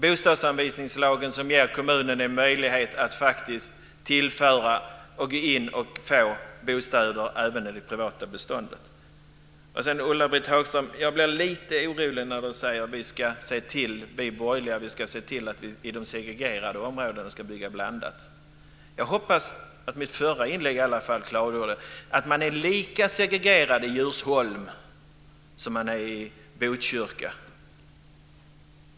Bostadsanvisningslagen ger kommunen en möjlighet att faktiskt gå in och få bostäder även inom det privata beståndet. Sedan blir jag lite orolig när Ulla-Britt Hagström säger att de borgerliga ska se till att bygga blandat i de segregerade områdena. Jag hoppas att mitt förra inlägg i alla fall klargjorde att man är lika segregerad i Djursholm som man är i Botkyrka.